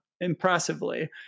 impressively